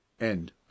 End